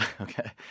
okay